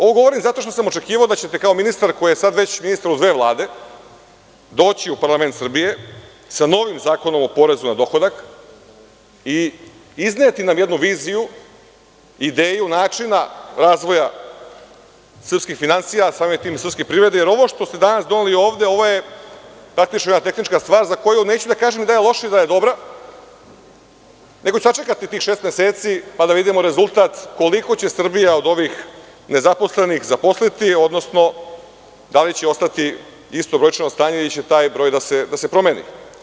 Ovo govorim zato što sam očekivao da ćete kao ministar koji je sada već ministar u dve vlade, doći u parlament Srbije sa novim zakonom o porezu na dohodak i izneti nam jednu viziju, ideju načina razvoja srpskih finansija, a samim tim i srpske privrede, jer ovo što ste danas doneli ovde, ovo je praktično jedna tehnička stvar za koju neću da kažem ni da je loša, ni da je dobra, nego sačekati tih šeseci, pa da vidimo rezultat koliko će Srbija od ovih nezaposlenih zaposliti, odnosno da li će ostati isto brojčano stanje ili će taj broj da se promeni.